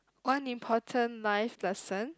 one important life lesson